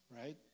Right